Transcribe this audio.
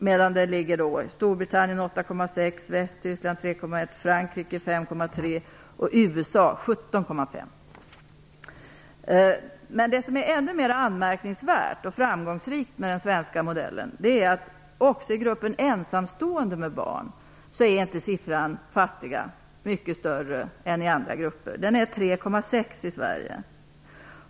I Storbritannien är siffran 8,6 %, i Västtyskland 3,1 %, i Frankrike Det ännu mer anmärkningsvärda, och framgångsrika, med den svenska modellen är att andelen fattiga inte heller i gruppen ensamstående med barn är mycket större än i andra grupper. I Sverige är siffran 3,6 %.